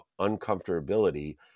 uncomfortability